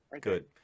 Good